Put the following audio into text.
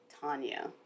Tanya